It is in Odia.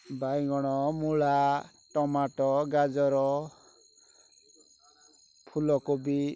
ବାଇଗଣ ମୂଳା ଟମାଟୋ ଗାଜର ଫୁଲକୋବି